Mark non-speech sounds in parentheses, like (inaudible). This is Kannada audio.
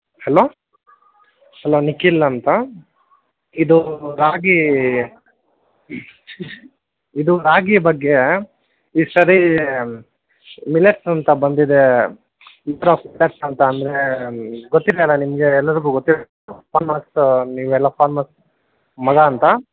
ಹಲೋ ಹಲೋ ನಿಖಿಲ್ ಅಂತ ಇದು ರಾಗಿ ಇದು ರಾಗಿ ಬಗ್ಗೆ ಈ ಸಾರಿ ಮಿಲೆಟ್ಸ್ ಅಂತ ಬಂದಿದೆ (unintelligible) ಅಂದರೆ ಗೊತ್ತಿದೆ ಅಲ್ಲಾ ನಿಮಗೆ ಎಲ್ಲರಿಗೂ ಗೊತ್ತಿ (unintelligible) ಫಾರ್ಮರ್ಸ್ ನೀವೆಲ್ಲ ಫಾರ್ಮರ್ಸ್ ಮಗ ಅಂತ